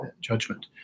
judgment